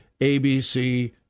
ABC